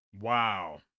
Wow